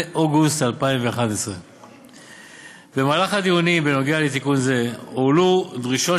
אוגוסט 2011. במהלך הדיונים בנוגע לתיקון זה הועלו דרישות